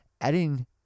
adding